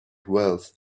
wealth